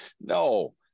No